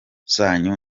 zanyu